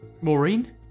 Maureen